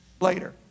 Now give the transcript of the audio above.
later